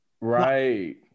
Right